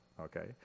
okay